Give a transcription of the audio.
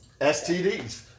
STDs